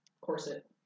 corset